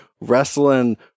Wrestling